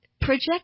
Project